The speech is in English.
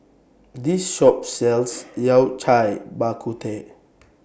This Shop sells Yao Cai Bak Kut Teh